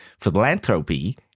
philanthropy